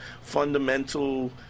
fundamental